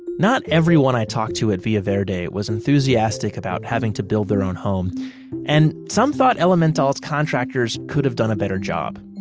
not everyone i talked to at villa verde was enthusiastic about having to build their own home and some thought elemental's contractors could have done a better job.